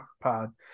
pod